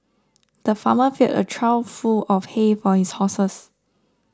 the farmer filled a trough full of hay for his horses